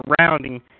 surrounding